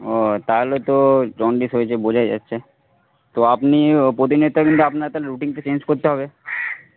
ও তাহলে তো জন্ডিস হয়েছে বোঝাই যাচ্ছে তো আপনি আপনার রুটিনটা চেঞ্জ করতে হবে